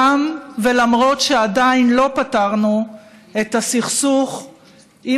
גם ולמרות שעדיין לא פתרנו את הסכסוך עם